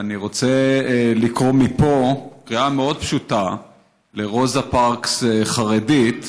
ואני רוצה לקרוא מפה קריאה מאוד פשוטה לרוזה פרקס חרדית,